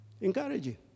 Encouraging